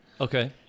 Okay